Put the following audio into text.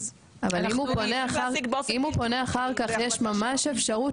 אז --- אם הוא פונה אחר כך יש ממש אפשרות